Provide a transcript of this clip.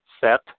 set